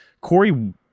Corey